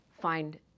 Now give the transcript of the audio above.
find